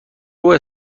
باید